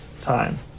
time